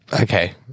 Okay